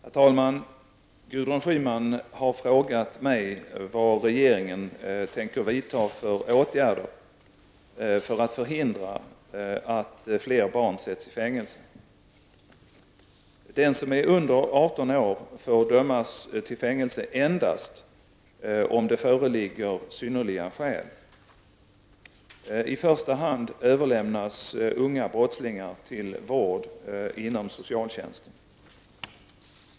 Herr talman! Gudrun Schyman har frågat mig vad regeringen tänker vidta för åtgärder för att förhindra att fler barn sätts i fängelse. Den som är under 18 år får dömas till fängelse endast om det föreligger synnerliga skäl. I första hand överlämnas unga brottslingar till vård inom socialtjänsten.